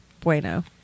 Bueno